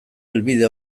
helbide